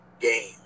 game